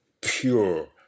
pure